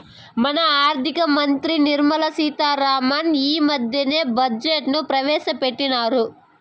మన ఆర్థిక మంత్రి నిర్మలా సీతా రామన్ ఈ మద్దెనే బడ్జెట్ ను ప్రవేశపెట్టిన్నారు